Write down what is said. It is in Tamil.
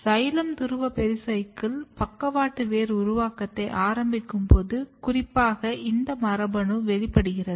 சைலம் துருவ பெரிசைக்கிள் பக்கவாட்டு வேர் உருவாக்கத்தை ஆரம்பிக்கும் போது குறிப்பாக இந்த மரபணு வெளிப்படுகிறது